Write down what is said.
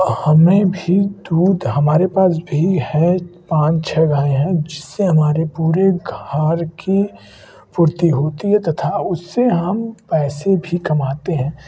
हमें भी दूध हमारे पास भी है पाँच छ गायें हैं जिससे हमारे पूरे घर की पूर्ति होती है तथा उससे हम पैसे भी कमाते हैं